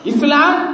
Islam